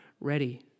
ready